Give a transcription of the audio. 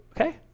okay